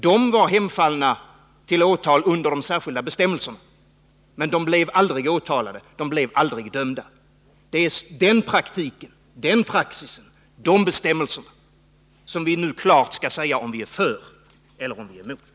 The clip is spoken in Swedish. De var hemfallna till åtal under de särskilda bestämmelserna, men de blev aldrig åtalade. De blev aldrig dömda. Det är den praxisen och de bestämmelserna som vi nu klart skall säga om vi är för eller emot.